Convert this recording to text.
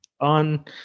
on